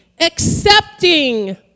accepting